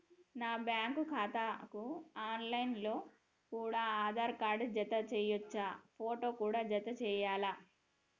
నా బ్యాంకు ఖాతాకు online లో కూడా ఆధార్ కార్డు జత చేయవచ్చా ఫోటో కూడా జత చేయాలా?